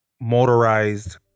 motorized